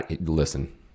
Listen